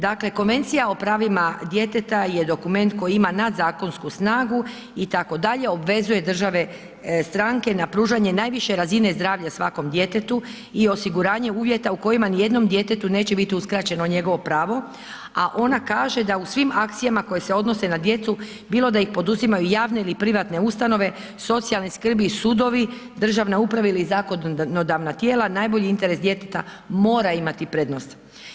Dakle, Konvencija o pravima djeteta je dokument koji ima nadzakonsku snagu itd., obvezuje države stranke na pružanje najviše razine zdravlja svakom djetetu i osiguranje uvjeta u kojima nijednom djetetu neće biti uskraćeno njegovo pravo, a ona kaže da u svim akcijama koje se odnose na djecu, bilo da ih poduzimaju javne ili privatne ustanove, socijalne skrbi, sudovi, državna uprava ili zakonodavna tijela, najbolji interes djeteta mora imati prednost.